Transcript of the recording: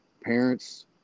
parents